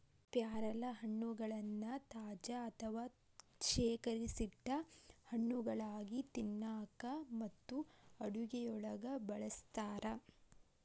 ಪ್ಯಾರಲಹಣ್ಣಗಳನ್ನ ತಾಜಾ ಅಥವಾ ಶೇಖರಿಸಿಟ್ಟ ಹಣ್ಣುಗಳಾಗಿ ತಿನ್ನಾಕ ಮತ್ತು ಅಡುಗೆಯೊಳಗ ಬಳಸ್ತಾರ